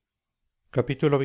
lisonjera